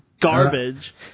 Garbage